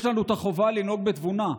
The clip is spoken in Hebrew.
יש לנו את החובה לנהוג בתבונה.